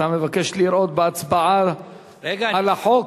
אתה מבקש לראות בהצבעה על החוק,